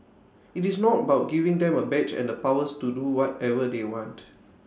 IT is not about giving them A badge and the powers to do whatever they want